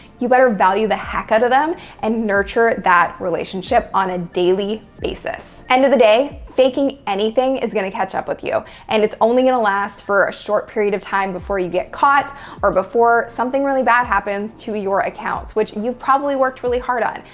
you better value the heck out of them and nurture that relationship on a daily basis. end of the day, faking anything is going to catch up with you. and it's only going to last for a short period of time before you get caught or before something really bad happens to your accounts, which you've probably worked really hard on.